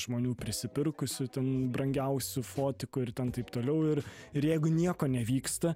žmonių prisipirkusių ten brangiausių fotikų ir taip toliau ir ir jeigu nieko nevyksta